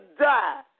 die